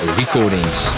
recordings